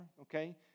okay